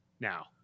now